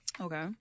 okay